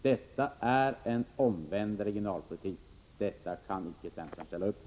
Detta är en omvänd regionalpolitik, detta kan icke centerpartiet ställa upp på.